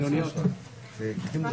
ננעלה בשעה 19:07.